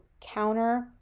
counter